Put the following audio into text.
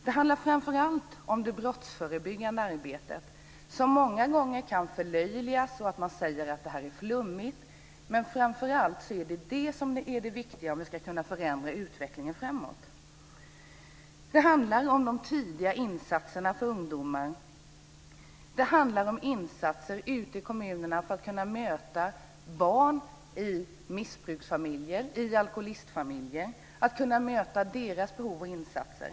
Det handlar framför allt om det brottsförebyggande arbetet som många gånger kan förlöjligas. Man säger att det är flummigt. Men det är framför allt det som är det viktiga om vi ska kunna förändra utvecklingen. Det handlar om de tidiga insatserna för ungdomar. Det handlar om insatser ute i kommunerna för att kunna möta barn i missbruksfamiljer, i alkoholistfamiljer, och att kunna möta deras behov av insatser.